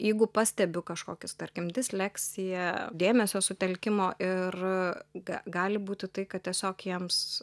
jeigu pastebiu kažkokius tarkim disleksiją dėmesio sutelkimo ir ga gali būti tai kad tiesiog jiems